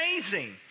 amazing